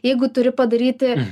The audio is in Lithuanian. jeigu turi padaryti